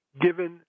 given